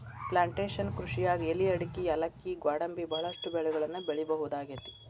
plantation ಕೃಷಿಯಾಗ್ ಎಲಿ ಅಡಕಿ ಯಾಲಕ್ಕಿ ಗ್ವಾಡಂಬಿ ಬಹಳಷ್ಟು ಬೆಳಿಗಳನ್ನ ಬೆಳಿಬಹುದಾಗೇತಿ